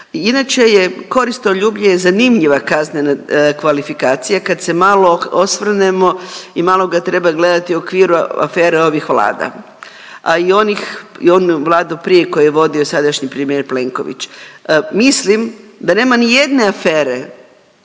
Inače je, koristoljublje je zanimljiva kaznena kvalifikacija, kad se malo osvrnemo i malo ga treba gledati u okviru afere ovih Vlada, a i onih i one Vladu prije koju je vodio sadašnji premijer Plenković. Mislim da nema nijedne afere